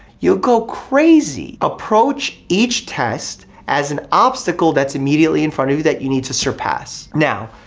you'll go crazy. approach each test as an obstacle that's immediately in front of you that you need to surpass. now,